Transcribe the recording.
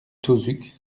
tauzuc